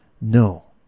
No